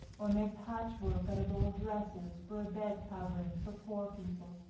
or make patchwork out of old dresses for a bed covering for poor people.